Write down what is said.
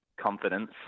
confidence